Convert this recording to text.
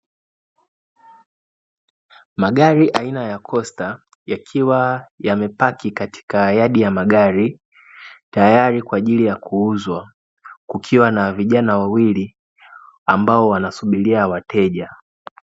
Magari aina ya Kosta yakiwa yamepaki katika yadi ya magari tayari kwa ajili ya kuuzwa kukiwa na vijana wawili ambao wanasubiria wateja.